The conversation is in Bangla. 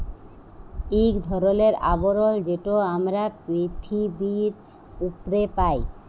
ইক ধরলের আবরল যেট আমরা পিথিবীর উপ্রে পাই